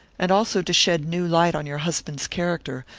and also to shed new light on your husband's character,